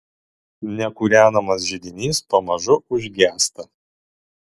nekūrenamas židinys pamažu užgęsta